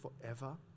forever